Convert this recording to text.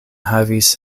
havis